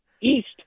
East